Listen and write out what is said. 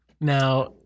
Now